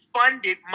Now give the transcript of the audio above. funded